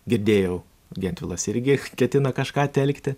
girdėjau gentvilas irgi ketina kažką telkti